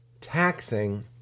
taxing